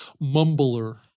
Mumbler